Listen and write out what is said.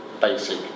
basic